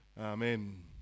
Amen